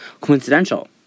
coincidental